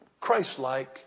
Christ-like